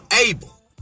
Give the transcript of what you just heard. able